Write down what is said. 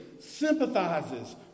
sympathizes